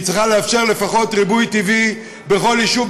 היא צריכה לאפשר לפחות ריבוי טבעי בכל יישוב,